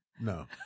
No